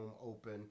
Open